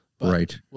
Right